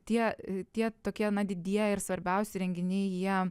tie tie tokie na didieji ir svarbiausi renginiai jie